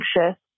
anxious